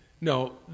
No